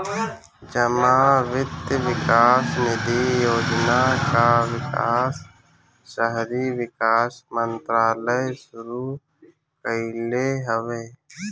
जमा वित्त विकास निधि योजना कअ विकास शहरी विकास मंत्रालय शुरू कईले हवे